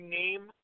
name